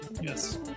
Yes